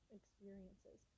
experiences